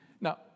Now